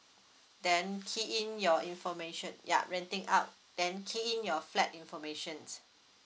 then key in your information yeah renting out then key in your flat information